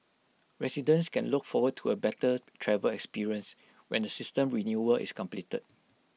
residents can look forward to A better travel experience when the system renewal is completed